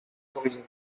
horizons